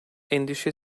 endişe